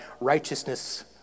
righteousness